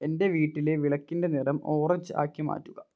എന്റെ വീട്ടിലെ വിളക്കിൻ്റെ നിറം ഓറഞ്ച് ആക്കി മാറ്റുക